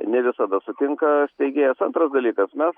ne visada sutinka steigėjas antras dalykas mes